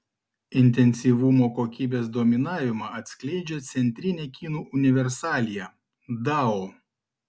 intensyvumo kokybės dominavimą atskleidžia centrinė kinų universalija dao